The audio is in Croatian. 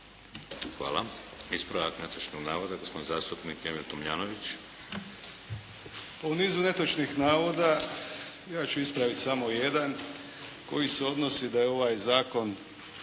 Hvala. Ispravak netočnog navoda, gospodin zastupnik Emil Tomljanović. **Tomljanović, Emil (HDZ)** U nizu netočnih navoda ja ću ispraviti samo jedan koji se odnosi da je ovaj zakon